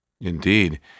Indeed